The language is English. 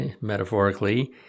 metaphorically